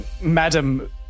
madam